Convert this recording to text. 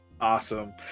awesome